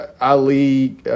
Ali